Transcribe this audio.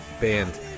band